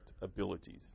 abilities